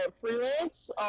freelance